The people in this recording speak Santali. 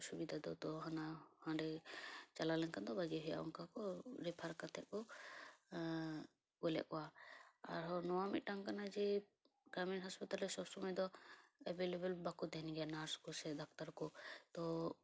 ᱥᱩᱵᱤᱫᱟ ᱫᱚ ᱛᱚ ᱦᱟᱱᱟ ᱦᱟᱰᱮ ᱪᱟᱞᱟᱣ ᱞᱮᱱᱠᱷᱟᱱ ᱵᱷᱟᱜᱮ ᱦᱩᱭᱩᱜᱼᱟ ᱚᱱᱠᱟ ᱠᱚ ᱨᱮᱯᱷᱟᱨ ᱠᱟᱛᱮ ᱠᱚ ᱠᱳᱞᱮᱫ ᱠᱚᱣᱟ ᱟᱨᱦᱚᱸ ᱱᱚᱣᱟ ᱢᱤᱫᱴᱟᱝ ᱠᱟᱱᱟ ᱡᱮ ᱜᱨᱟᱢᱤᱱ ᱦᱟᱥᱯᱟᱛᱟᱞ ᱨᱮ ᱥᱚᱵᱥᱳᱢᱳᱭ ᱫᱚ ᱮ ᱵᱮᱞᱮᱵᱮᱞ ᱵᱟᱠᱚ ᱛᱟᱦᱮᱱ ᱜᱮᱭᱟ ᱱᱟᱨᱥ ᱠᱚ ᱥᱮ ᱰᱟᱠᱛᱟᱨ ᱠᱚ ᱛᱚ